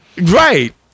right